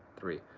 three.